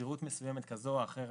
בסבירות מסוימת כזו או אחרת,